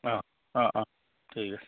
অঁ অঁ অঁ ঠিক আছে